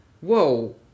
Whoa